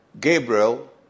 Gabriel